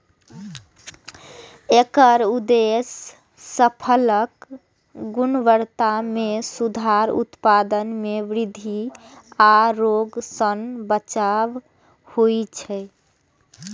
एकर उद्देश्य फसलक गुणवत्ता मे सुधार, उत्पादन मे वृद्धि आ रोग सं बचाव होइ छै